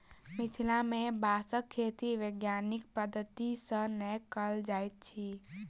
मिथिला मे बाँसक खेती वैज्ञानिक पद्धति सॅ नै कयल जाइत अछि